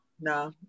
no